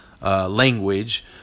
language